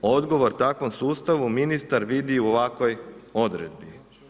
Odgovor takvom sustavu ministar vidi u ovakvoj odredbi.